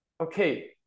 Okay